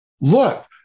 look